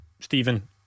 Stephen